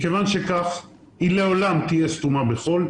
מכיוון שכך, היא לעולם תהיה סתומה בחול.